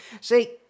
See